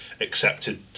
accepted